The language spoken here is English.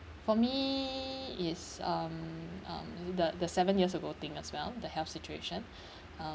for me is um um the the seven years ago thing as well the health situation um